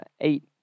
eight